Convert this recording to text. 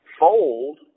fold